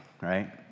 right